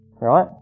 Right